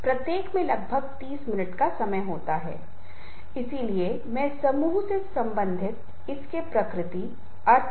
बहुत सारे अध्ययनों को नेतृत्व से संबंधित किया गया है लेकिन आज मैं मुख्य रूप से संचार कौशल दृष्टिकोण पर ध्यान केंद्रित कर रहा हूं जहां तक नेतृत्व का संबंध है